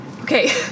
Okay